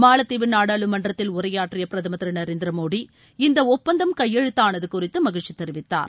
மாலத்தீவு நாடாளுமன்றத்தில் உரையாற்றிய பிரதமர் திரு நரேந்திர மோடி இந்த ஒப்பந்தம் கையெழுத்தானது குறிதது மகிழ்ச்சி தெரிவித்தார்